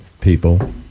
people